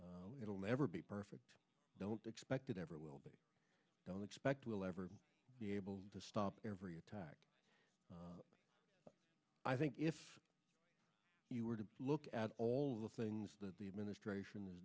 will never be perfect don't expect it ever will but don't expect we'll ever be able to stop every attack i think if you were to look at all the things that the administration is